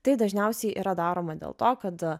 tai dažniausiai yra daroma dėl to kad